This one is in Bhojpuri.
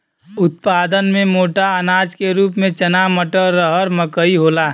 उत्पादन में मोटा अनाज के रूप में चना मटर, रहर मकई होला